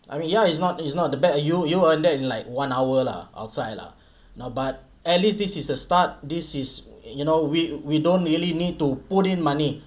I mean ya it's not it's not that bad you you earn that in like one hour lah outside lah now but at least this is a start this is you know we we don't really need to put in money